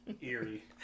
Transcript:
eerie